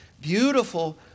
beautiful